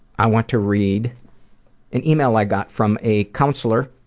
i want to read an email i got from a counselor.